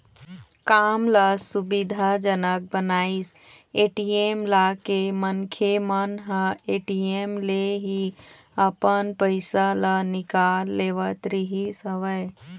काम ल सुबिधा जनक बनाइस ए.टी.एम लाके मनखे मन ह ए.टी.एम ले ही अपन पइसा ल निकाल लेवत रिहिस हवय